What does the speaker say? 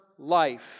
life